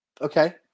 Okay